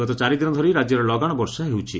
ଗତ ଚାରି ଦିନ ଧରି ରାଜ୍ୟରେ ଲଗାଣ ବର୍ଷା ହେଉଛି